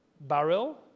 barrel